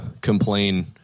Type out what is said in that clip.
complain